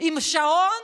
עם שעון?